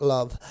Love